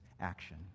action